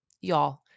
Y'all